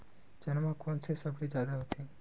चना म कोन से सबले जादा होथे?